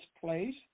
place